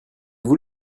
vous